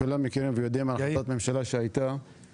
כולם יודעים על החלטת ממשלה 716,